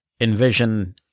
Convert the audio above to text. Envision